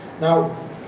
Now